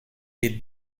les